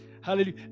hallelujah